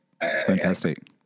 Fantastic